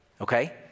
Okay